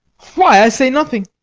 why, i say nothing.